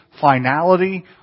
finality